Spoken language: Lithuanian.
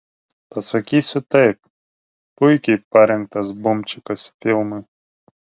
pasakysiu taip puikiai parinktas bumčikas filmui